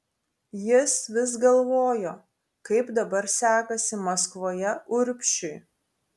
jis vis galvojo kaip dabar sekasi maskvoje urbšiui